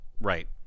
Right